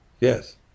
Yes